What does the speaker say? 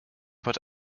put